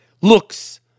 looks